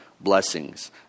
blessings